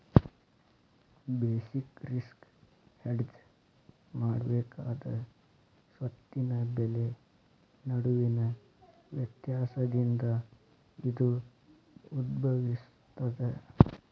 basic risk hedge ಮಾಡಬೇಕಾದ ಸ್ವತ್ತಿನ ಬೆಲೆ ನಡುವಿನ ವ್ಯತ್ಯಾಸದಿಂದ ಇದು ಉದ್ಭವಿಸ್ತದ